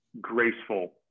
graceful